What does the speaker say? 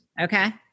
Okay